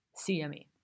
CME